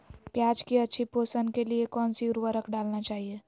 प्याज की अच्छी पोषण के लिए कौन सी उर्वरक डालना चाइए?